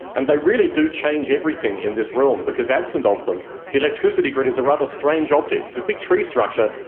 and they really do change everything in this realm because absent of them the electricity grid is a rather strange object. it's a big tree structure,